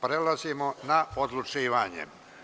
Prelazimo na odlučivanje.